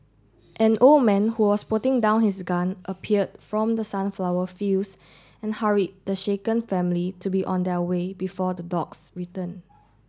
an old man who was putting down his gun appeared from the sunflower fields and hurried the shaken family to be on their way before the dogs return